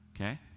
Okay